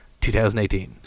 2018